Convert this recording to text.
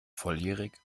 volljährig